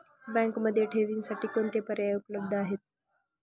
बँकेमध्ये ठेवींसाठी कोणते पर्याय उपलब्ध आहेत?